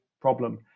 problem